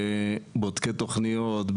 בבודקי תוכניות,